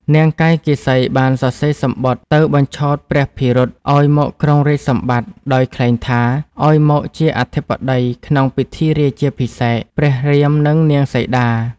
នាងកៃកេសីបានសរសេរសំបុត្រ ទៅបញ្ឆោតព្រះភិរុតឱ្យមកគ្រងរាជ្យសម្បត្តិ ដោយក្លែងថា ឱ្យមកជាអធិបតីក្នុងពិធីរាជាភិសេក ព្រះរាមនិងនាងសីតា។